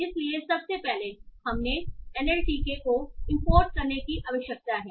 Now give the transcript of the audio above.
इसलिए सबसे पहले हमें एनएलटीके को इंपोर्ट करने की आवश्यकता है